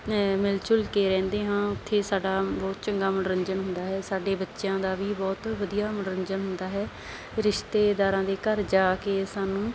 ਮਿਲ ਜੁਲ ਕੇ ਰਹਿੰਦੇ ਹਾਂ ਉੱਥੇ ਸਾਡਾ ਬਹੁਤ ਚੰਗਾ ਮਨੋਰੰਜਨ ਹੁੰਦਾ ਹੈ ਸਾਡੇ ਬੱਚਿਆਂ ਦਾ ਵੀ ਬਹੁਤ ਵਧੀਆ ਮਨੋਰੰਜਨ ਹੁੰਦਾ ਹੈ ਰਿਸ਼ਤੇਦਾਰਾਂ ਦੇ ਘਰ ਜਾ ਕੇ ਸਾਨੂੰ